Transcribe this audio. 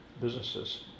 businesses